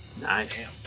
Nice